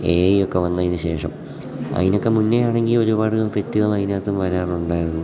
A I ഒക്കെ വന്നതിന് ശേഷം അയിനൊക്കെ മുന്നെ ആണെങ്കിൽ ഒരുപാട് തെറ്റുകൾ അതിനകത്ത് വരാറുണ്ടായിരുന്നു